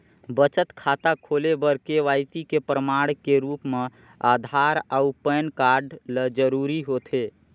बचत खाता खोले बर के.वाइ.सी के प्रमाण के रूप म आधार अऊ पैन कार्ड ल जरूरी होथे